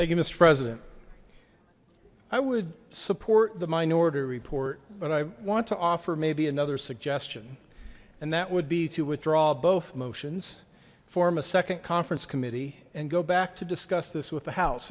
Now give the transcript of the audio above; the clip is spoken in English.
mister president i would support the minority report but i want to offer maybe another suggestion and that would be to withdraw both motions form a second conference committee and go back to discuss this with the house